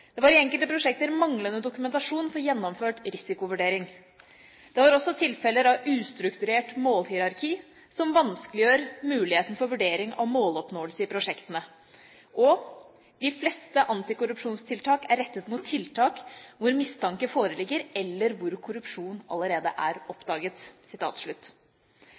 Det var i enkelte prosjekter manglende dokumentasjon for gjennomført risikovurdering. Det var også tilfeller av ustrukturert målhierarki, som vanskeliggjør muligheten for vurdering om måloppnåelse i prosjektene. De fleste antikorrupsjonstiltak er rettet mot tiltak hvor mistanke foreligger eller hvor korrupsjon allerede er oppdaget.»